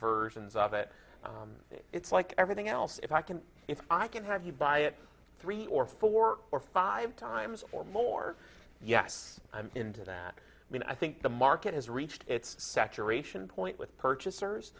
versions of it it's like everything else if i can if i could have you buy it three or four or five times or more yes i'm into that i mean i think the market has reached its saturation point with purchasers